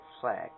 flag